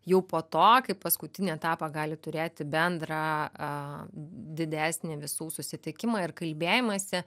jau po to kaip paskutinį etapą gali turėti bendrą didesnį visų susitikimą ir kalbėjimąsi